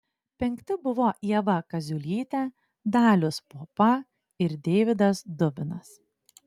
penkti buvo ieva kaziulytė dalius popa ir deividas dubinas